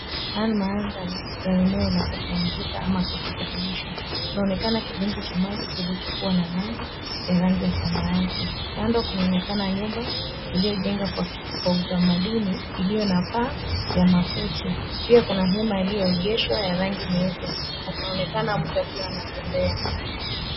Haya ni mandhari ya eneo la kupumzika ama kujiburudisha. Kunaonekana kidimbwi cha maji kilichokuwa na maji ya rangi ya samawati. Kando kunaonekana nyumba iliyojenga kwa utamaduni iliyo na paa ya makuti. Pia kuna hema yaliyoegeshwa ya rangi nyeupe na kunaonekana mtu akiwa anatembea.